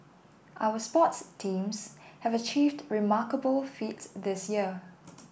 our sports teams have achieved remarkable feats this year